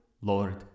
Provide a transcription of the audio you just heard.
Lord